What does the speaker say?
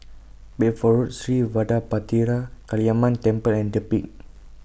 Bedford Road Sri Vadapathira Kaliamman Temple and The Peak